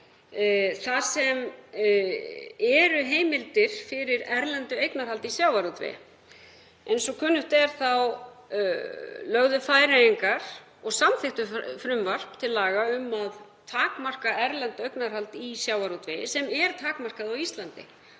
en þar eru heimildir fyrir erlendu eignarhaldi í sjávarútvegi. Eins og kunnugt er lögðu Færeyingar fram og samþykktu frumvarp til laga um að takmarka erlent eignarhald í sjávarútvegi, sem er takmarkað á Íslandi.